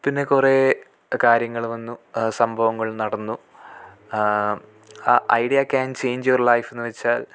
പിന്നെ കുറെ കാര്യങ്ങൾ വന്നു സംഭവങ്ങൾ നടന്നു അ idea can change your life ന്ന് വെച്ചാൽ